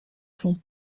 sont